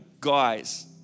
guys